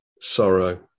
sorrow